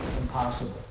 impossible